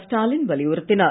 ஸ்டாலின் வலியுறுத்தினார்